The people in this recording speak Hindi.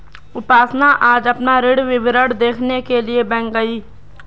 उपासना आज अपना ऋण विवरण देखने के लिए बैंक गई